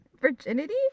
Virginity